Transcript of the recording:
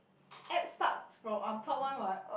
ab starts from on top one what